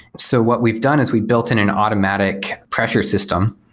so what we've done is we've built in an automatic pressure system,